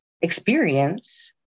experience